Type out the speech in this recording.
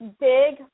big